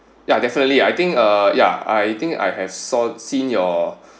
ya definitely I think uh yeah I think I have saw seen your